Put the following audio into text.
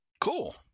Cool